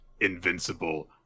invincible